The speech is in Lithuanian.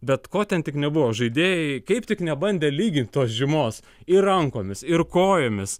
bet ko ten tik nebuvo žaidėjai kaip tik nebandė lygint tos žymos ir rankomis ir kojomis